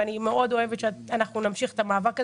ואני אוהבת מאוד שנמשיך את המאבק הזה,